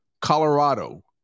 Colorado